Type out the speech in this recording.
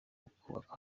ukubaka